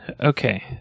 Okay